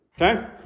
okay